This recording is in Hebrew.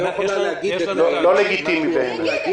לא לגיטימי, הדבר הזה.